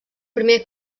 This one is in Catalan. primer